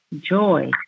joy